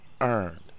earned